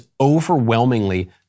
overwhelmingly